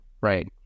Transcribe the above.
right